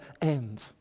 end